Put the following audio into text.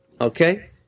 Okay